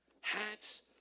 Hats